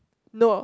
no